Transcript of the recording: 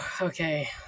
okay